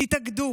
תתאגדו,